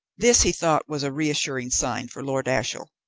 this, he thought, was a reassuring sign for lord ashiel.